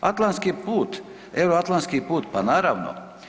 Atlantski put, Euroatlantski put, pa naravno.